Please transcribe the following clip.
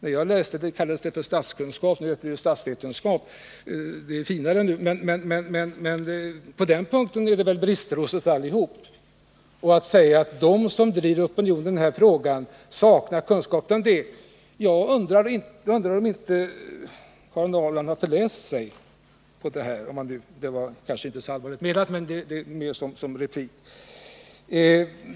När jag läste detta ämne kallades det statskunskap. Nu heter det statsvetenskap. Det är finare i dag. Men på den punkten finns det väl brister hos oss alla. Att säga att de som driver opinionen i denna fråga saknar kunskaper är fel. Jag undrar om inte Karin Ahrland har förläst sig på detta — det är inte så allvarligt menat utan mer sagt såsom en replik.